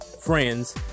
friends